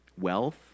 Wealth